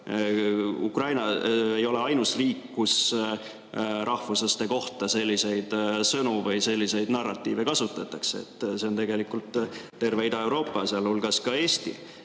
Ukraina ei ole ainus riik, kus rahvuslaste kohta selliseid sõnu või selliseid narratiive kasutatakse. See on tegelikult terve Ida-Euroopa, sealhulgas ka Eesti